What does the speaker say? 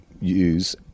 use